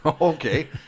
Okay